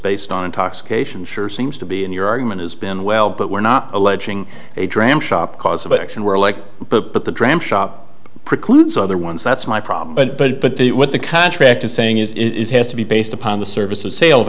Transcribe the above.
based on intoxication sure seems to be in your argument has been well but we're not alleging a dram shop cause of addiction we're like but but the dram shop precludes other ones that's my problem but the what the contract is saying is it is has to be based upon the service of sale of